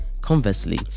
Conversely